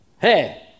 Hey